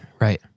right